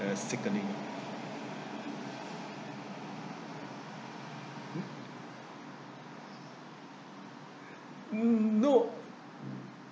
uh sick only mm no